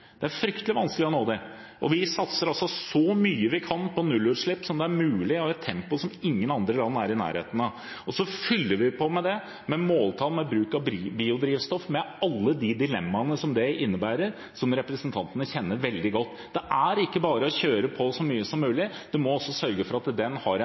det er fryktelig vanskelig å nå dem – fryktelig vanskelig. Vi satser så mye vi kan på nullutslipp som det er mulig, og i et tempo som ingen andre land er i nærheten av. Så fyller vi på med måltall for bruk av biodrivstoff, med alle de dilemmaene det innebærer, som representanten kjenner veldig godt. Det er ikke bare å kjøre på så mye som mulig. Vi må også sørge for at det